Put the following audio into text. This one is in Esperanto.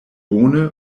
bone